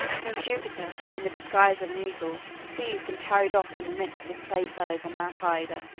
whom jupiter, in the disguise of an eagle, seized and carried off from the midst of his playfellows on mount ida,